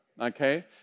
Okay